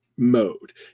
mode